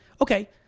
Okay